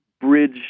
bridge